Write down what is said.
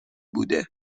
بوده